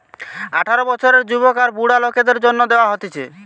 আঠারো বছরের যুবক আর বুড়া লোকদের জন্যে দেওয়া হতিছে